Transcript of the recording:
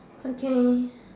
okay